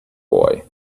boy